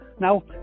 Now